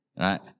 Right